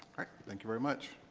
thank you very much